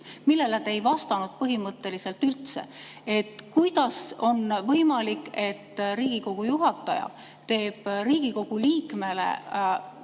millele te ei vastanud põhimõtteliselt üldse. Kuidas on võimalik, et Riigikogu juhataja esitab Riigikogu liikmele